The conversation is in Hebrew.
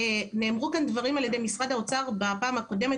נאמרו כאן דברים על ידי משרד האוצר בפעם הקודמת